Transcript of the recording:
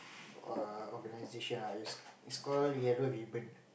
err organization ah it's it's called Yellow-Ribbon